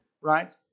right